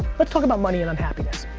let's talk about money and unhappiness.